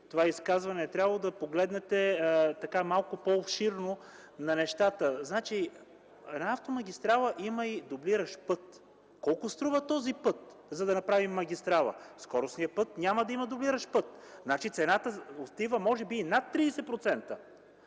това изказване, е трябвало да погледнете малко по-обширно на нещата. Една автомагистрала има и дублиращ път. Колко струва този път, за да направим магистрала? Скоростният път няма да има дублиращ път. Значи цената отива може би и над 30%.